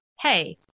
hey